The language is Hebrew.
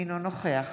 אינו נוכח